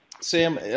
Sam